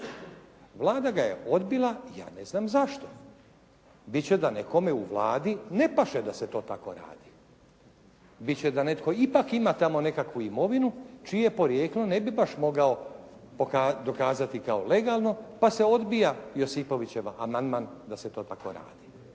Vlada ga je odbila ja ne znam zašto. Bit će da nekome u Vladi ne paše da se to tako radi. Bit će da netko ipak ima tamo nekakvu imovinu čije porijeklo ne bi baš mogao dokazati kao legalno pa se odbija Josipovićev amandman da se to tako radi.